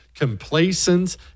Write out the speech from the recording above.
complacent